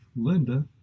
linda